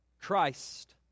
Christ